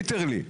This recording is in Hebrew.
ליטרלי,